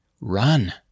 Run